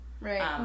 Right